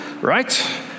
Right